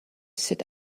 sit